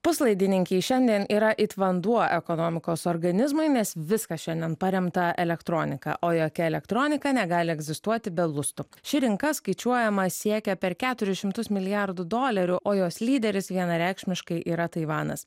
puslaidininkiai šiandien yra it vanduo ekonomikos organizmui nes viskas šiandien paremta elektronika o jokia elektronika negali egzistuoti be lustų ši rinka skaičiuojama siekia per keturis šimtus milijardų dolerių o jos lyderis vienareikšmiškai yra taivanas